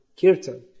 Kirtan